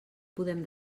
podem